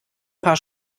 paar